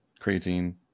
creatine